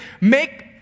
make